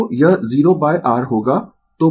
तो यह 0 R होगा